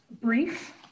brief